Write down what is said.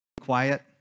quiet